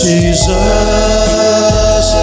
Jesus